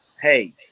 hey